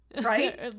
Right